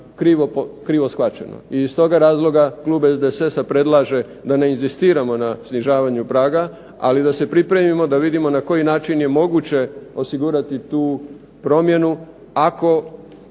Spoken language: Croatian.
krivo shvaćeno. Iz toga razloga Klub SDSS-a predlaže da ne inzistiramo na snižavanju praga ali da se pripremimo da vidimo na koji način je moguće osigurati tu promjenu ako